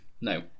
No